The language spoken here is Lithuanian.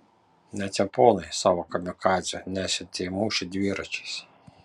net japonai savo kamikadzių nesiuntė į mūšį dviračiais